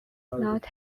not